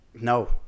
No